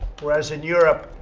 whereas, in europe,